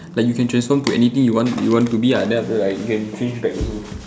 but you can transform to anything you want you want to be ah then after like you can change back also